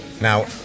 now